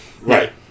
Right